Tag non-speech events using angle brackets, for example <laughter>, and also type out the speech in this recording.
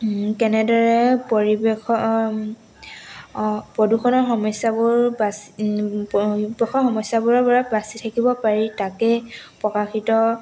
কেনেদৰে পৰিৱেশৰ প্ৰদূষণৰ সমস্যাবোৰ বাচি <unintelligible> সমস্যাবোৰৰ পৰা বাচি থাকিব পাৰি তাকেই প্ৰকাশিত